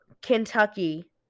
Kentucky